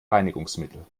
reinigungsmittel